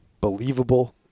Believable